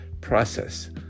process